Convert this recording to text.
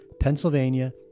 Pennsylvania